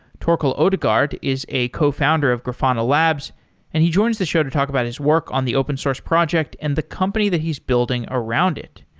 torkel odegaard is a cofounder of grafana labs and he joins the show to talk about his work on the open source project and the company that he's building around it.